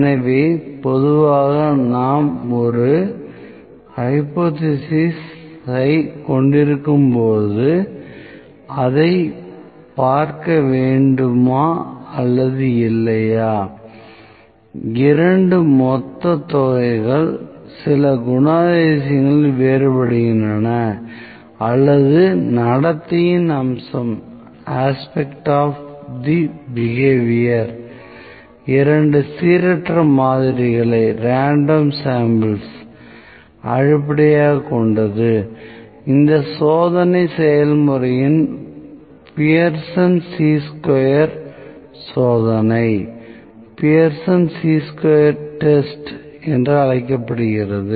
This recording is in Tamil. எனவே பொதுவாக நாம் ஒரு ஹைப்போதீசிஸ் ஐ கொண்டிருக்கும்போது அதைப் பார்க்க வேண்டுமா அல்லது இல்லையா இரண்டு மொத்த தொகைகள் சில குணாதிசயங்களில் வேறுபடுகின்றன அல்லது நடத்தையின் அம்சம் இரண்டு சீரற்ற மாதிரிகளை அடிப்படையாகக் கொண்டது இந்த சோதனை செயல்முறை பியர்சன் சீ ஸ்கொயர் சோதனை என்று அழைக்கப்படுகிறது